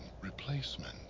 replacement